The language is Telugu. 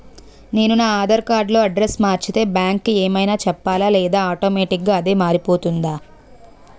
నేను నా ఆధార్ కార్డ్ లో అడ్రెస్స్ మార్చితే బ్యాంక్ కి ఏమైనా చెప్పాలా లేదా ఆటోమేటిక్గా అదే మారిపోతుందా?